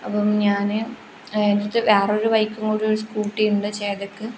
അപ്പം ഞാൻ അയിത്ത് വേറൊരു ബൈക്കും കൂടി ഒരു സ്കൂട്ടി ഉണ്ട് ചേതക്ക്